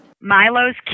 Milo's